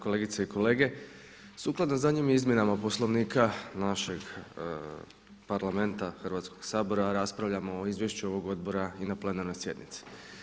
Kolegice i kolege sukladno zadnjim izmjenama Poslovnika našeg Parlamenta Hrvatskog sabora raspravljamo o izvješću ovog odbora i na plenarnoj sjednici.